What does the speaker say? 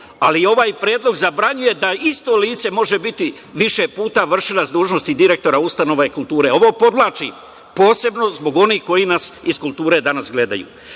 ali ovaj predlog zabranjuje da isto lice može biti više puta vršilac dužnosti direktora ustanove kulture. Ovo podvlačim posebno zbog onih koji nas iz kulture danas gledaju. Jedan